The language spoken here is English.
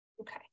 Okay